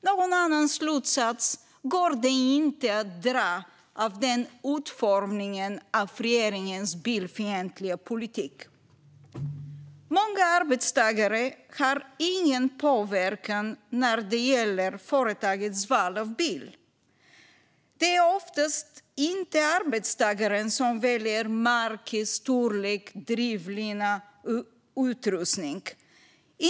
Någon annan slutsats går inte att dra av utformningen av regeringens bilfientliga politik. Många arbetstagare har ingen påverkan när det gäller företagens val av bil. Det är oftast inte arbetstagaren som väljer märke, storlek, drivlina och utrustning.